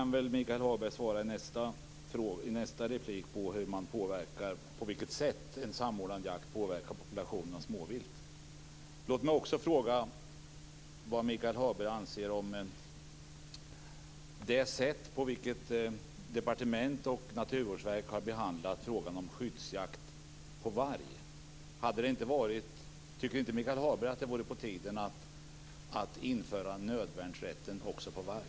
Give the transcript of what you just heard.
Michael Hagberg kan väl i nästa replik svara på frågan på vilket sätt en samordnad jakt påverkar populationerna av småvilt. Låt mig också fråga vad Michael Hagberg anser om det sätt på vilket departement och naturvårdsverk har behandlat frågan om skyddsjakt på varg. Tycker inte Michael Hagberg att det vore på tiden att införa rätt till nödvärn också mot varg?